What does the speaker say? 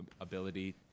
ability